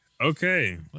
Okay